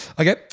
Okay